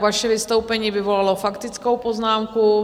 Vaše vystoupení vyvolalo faktickou poznámku.